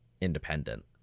independent